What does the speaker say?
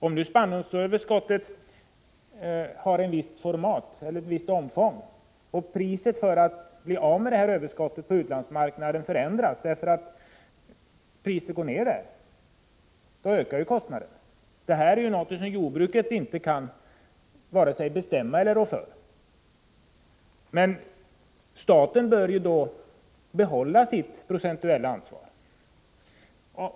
Om nu spannmålsöverskottet har ett visst omfång och priset på utlandsmarknaden går ner, då ökar kostnaderna för att bli av med överskottet. Det här är någonting som jordbruket inte kan rå för. Men staten bör då ta sitt procentuella ansvar.